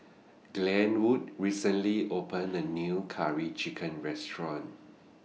Glenwood recently opened A New Curry Chicken Restaurant